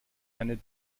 eine